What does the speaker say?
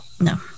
No